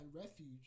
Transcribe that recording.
refuge